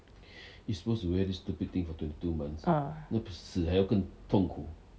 ah